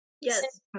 Yes